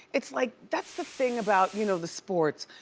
it's like that's the thing about, you know, the sports.